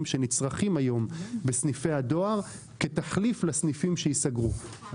שנצרכים היום בסניפי הדואר כתחליף לסניפים שייסגרו.